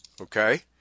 Okay